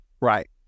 Right